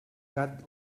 gat